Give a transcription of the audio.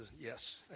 yes